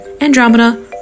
Andromeda